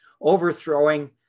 overthrowing